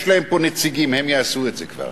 יש להם פה נציגים, הם יעשו את זה כבר.